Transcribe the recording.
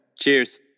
cheers